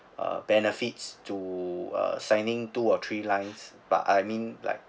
uh benefits to uh signing two or three lines but I mean like